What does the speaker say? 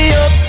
up